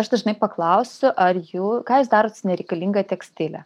aš dažnai paklausiu ar jų ką jūs darot su nereikalinga tekstile